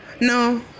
no